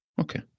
Okay